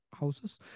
houses